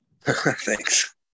Thanks